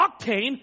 octane